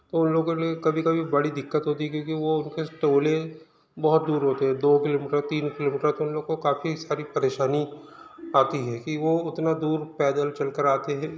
तो उन लोगों के लिए कभी कभी बड़ी दिक्कत होती क्योंकि वो उनके टोले बहुत दूर होते हैं दो किलोमीटर तीन किलोमीटर तो उन लोग को काफ़ी सारी परेशानी आती हे कि वो उतना दूर पैदल चलकर आते हें